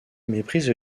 méprise